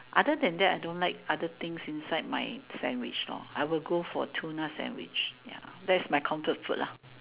other than that I don't like other things inside my sandwich lor I'll go for tuna sandwich ya that's my comfort food lah